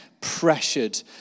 pressured